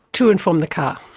to and from the car.